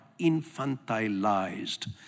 infantilized